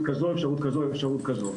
כזו או אפשרות כזו או אפשרות כזו,